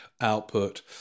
output